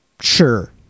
sure